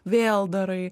vėl darai